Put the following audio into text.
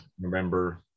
remember